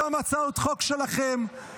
כמה הצעות חוק שלכם,